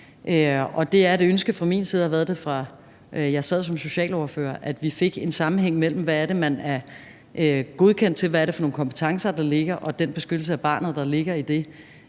det, fra jeg sad som socialordfører, at vi fik en sammenhæng mellem, hvad det er, man er godkendt til, og hvad det er for nogle kompetencer, der ligger, med den beskyttelse af barnet, der ligger i det,